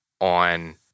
on